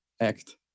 act